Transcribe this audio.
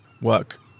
work